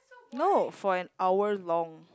no for an hour long